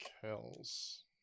Kells